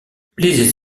les